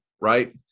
right